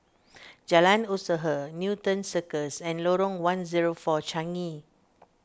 Jalan Usaha Newton Circus and Lorong one zero four Changi